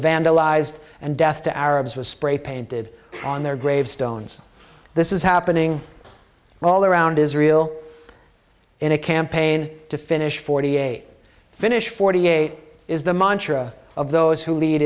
vandalized and death to arabs with spray painted on their gravestones this is happening all around israel in a campaign to finish forty eight finish forty eight is the mantra of those who lead